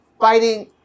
fighting